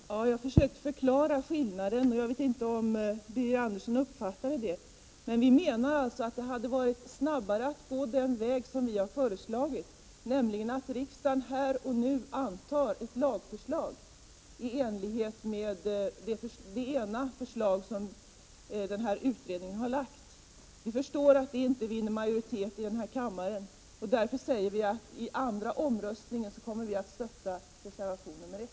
Herr talman! Jag försökte förklara skillnaden mellan förslagen, men jag vet inte om Birger Andersson uppfattade det. Vi menar alltså att det hade gått fortare att gå den väg som vi har föreslagit, nämligen att riksdagen här och nu antar ett lagförslag i enlighet med ett av de förslag som utredningen har lagt fram. Vi förstår att det förslaget inte vinner majoritet i kammaren, och därför säger vi att vi i den andra omröstningen kommer att stödja reservation 1.